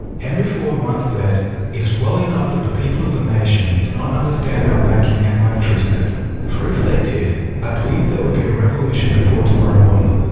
henry ford once said it is well enough that the people of the nation do not understand our banking and monetary system for if they did i believe there would be a revolution before tomorrow morning.